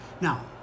Now